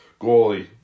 Goalie